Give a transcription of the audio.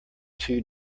two